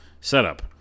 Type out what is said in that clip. setup